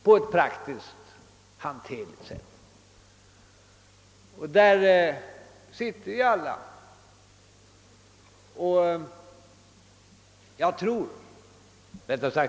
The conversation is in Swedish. I den situationen befinner vi oss alla.